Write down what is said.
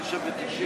89 ו-90